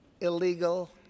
illegal